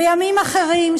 בימים אחרים,